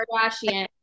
Kardashian